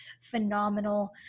phenomenal